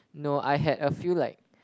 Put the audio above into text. no I had a few like